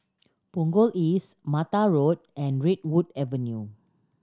Punggol East Mata Road and Redwood Avenue